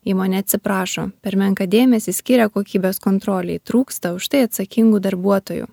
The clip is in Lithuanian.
įmonė atsiprašo per menką dėmesį skiria kokybės kontrolei trūksta už tai atsakingų darbuotojų